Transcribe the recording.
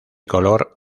color